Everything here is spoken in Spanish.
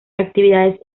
actividades